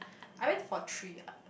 I went for three uh